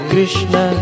Krishna